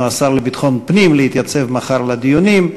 מהשר לביטחון הפנים להתייצב מחר לדיונים,